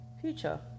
Future